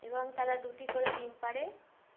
এবং তারা দুটি করে ডিম পারে